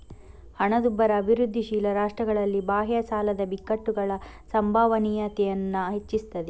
ಹಣದುಬ್ಬರ ಅಭಿವೃದ್ಧಿಶೀಲ ರಾಷ್ಟ್ರಗಳಲ್ಲಿ ಬಾಹ್ಯ ಸಾಲದ ಬಿಕ್ಕಟ್ಟುಗಳ ಸಂಭವನೀಯತೆಯನ್ನ ಹೆಚ್ಚಿಸ್ತದೆ